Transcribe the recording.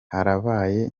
harabaye